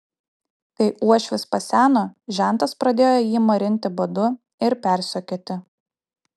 kai uošvis paseno žentas pradėjo jį marinti badu ir persekioti